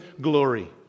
glory